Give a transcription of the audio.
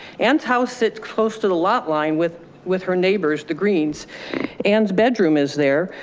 anne's house sits close to the lot line with with her neighbors, the greens and bedroom is there,